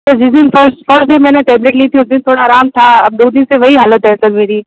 जिस दिन first first day मैंने टेबलेट ली थी उस दिन थोड़ा आराम था अब दो दिन से वही हालत है सर मेरी